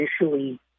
initially